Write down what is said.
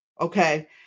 Okay